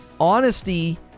honesty